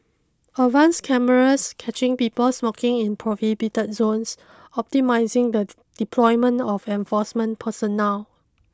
advanced cameras catching people smoking in prohibited zones optimising the deployment of enforcement personnel